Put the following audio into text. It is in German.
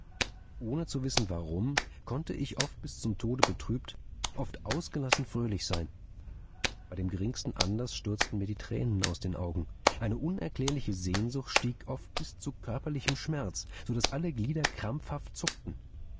ohne zu wissen warum konnte ich oft bis zum tode betrübt oft ausgelassen fröhlich sein bei dem geringsten anlaß stürzten mir die tränen aus den augen eine unerklärliche sehnsucht stieg oft bis zu körperlichem schmerz so daß alle glieder krampfhaft zuckten